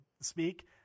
speak